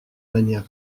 manière